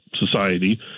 society